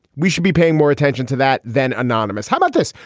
we should be paying more attention to that than anonymous. how about this.